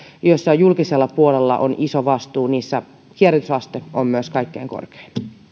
julkisella puolella on iso vastuu kierrätysaste on myös kaikkein korkein